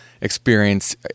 experience